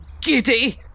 giddy